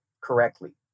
correctly